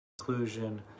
conclusion